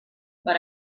but